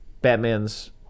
batman's